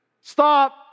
Stop